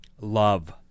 Love